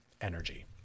energy